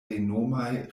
renomaj